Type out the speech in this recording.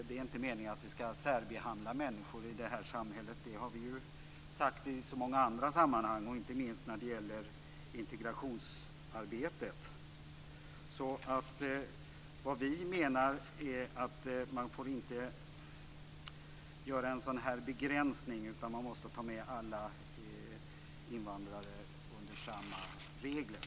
Det är inte meningen att vi skall särbehandla människor i det här samhället - det har vi sagt i så många andra sammanhang, inte minst när det gäller integrationsarbetet. Vad vi menar är att man inte får göra en sådan här begränsning, utan man måste ta med alla invandrare under samma regler.